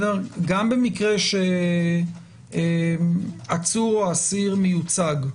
גם במקרה שעצור או אסיר מיוצג,